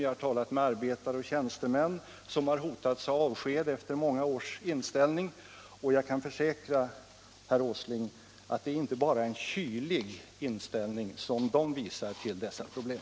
Jag har talat med arbetare och tjänstemän som har hotats av avsked efter många års anställning. Och jag kan försäkra herr Åsling att det är inte bara en kylig inställning som de visar till dessa problem.